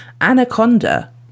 Anaconda